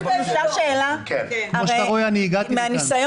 השאלה איך אתם תדאגו לזה שהשירות באמת בהימנע התחרות